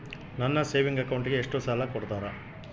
ನನ್ನ ಸೇವಿಂಗ್ ಅಕೌಂಟಿಗೆ ಎಷ್ಟು ಸಾಲ ಕೊಡ್ತಾರ?